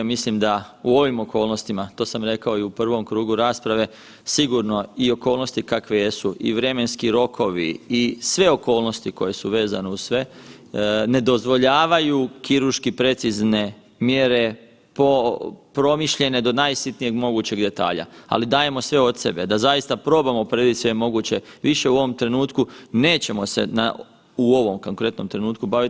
Mislim da u ovim okolnostima, to sam rekao i u prvom krugu rasprave, sigurno i okolnosti kakve jesu i vremenski rokovi i sve okolnosti koje su vezane uz sve, ne dozvoljavaju kirurški precizne mjere promišljene do najsitnijeg mogućeg detalja, ali dajemo sve od sebe da zaista probamo predvidjet sve moguće više u ovom trenutku, nećemo se u ovom konkretnom trenutku bavit.